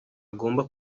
agomba